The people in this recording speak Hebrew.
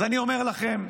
אז אני אומר לכם,